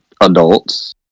adults